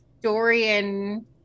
Dorian